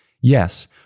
Yes